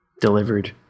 delivered